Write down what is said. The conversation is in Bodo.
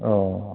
अ